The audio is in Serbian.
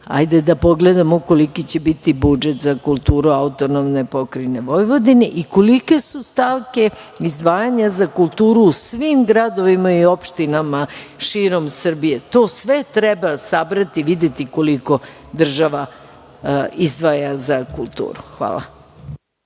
hajde da pogledamo koliki će biti budžet za kulturu AP Vojvodine i kolike su stavke izdvajanja za kulturu u svim gradovima i opštinama širom Srbije. To sve treba sabrati, videti koliko država izdvaja za kulturu. Hvala.